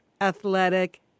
athletic